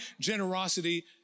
generosity